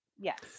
Yes